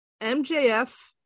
MJF